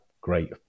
great